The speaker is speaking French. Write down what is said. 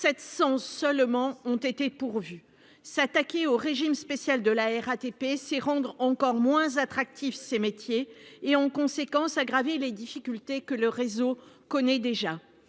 seulement ont été pourvus. S'attaquer au régime spécial de la RATP, c'est rendre encore moins attractifs ces métiers et, par conséquent, aggraver les difficultés que le réseau connaît déjà.